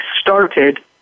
started